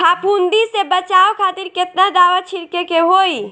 फाफूंदी से बचाव खातिर केतना दावा छीड़के के होई?